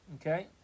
Okay